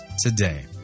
today